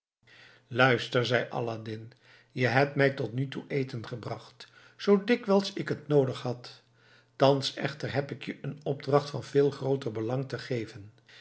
luister zei aladdin je hebt mij tot nu toe eten gebracht zoo dikwijls ik t noodig had thans echter heb ik je een opdracht van veel grooter belang te geven